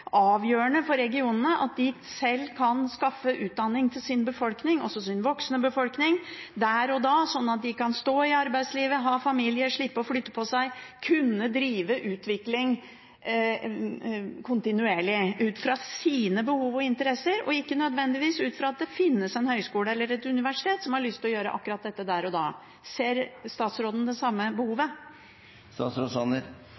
avgjørende for regionene at de sjøl kan skaffe utdanning til sin befolkning – også til sin voksne befolkning – der og da, slik at de kan stå i arbeidslivet, ha familie, slippe å flytte på seg, kunne drive utvikling kontinuerlig ut fra sine behov og interesser, og ikke nødvendigvis ut fra at det finnes en høyskole eller et universitet som har lyst til å gjøre akkurat dette der og da. Ser statsråden det samme